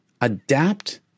adapt